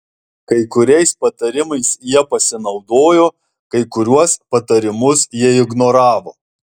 kai kuriais patarimais jie pasinaudojo kai kuriuos patarimus jie ignoravo